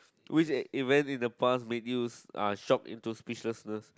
which event in the past made you uh shock in to speechlessness